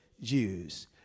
Jews